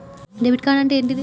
Debit card అంటే ఏంటిది?